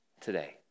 today